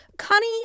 Connie